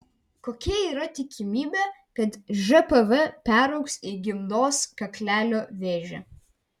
kokia yra tikimybė kad žpv peraugs į gimdos kaklelio vėžį